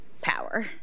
power